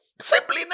Simply